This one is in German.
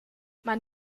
man